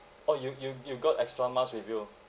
oh you you you got extra mask with you ah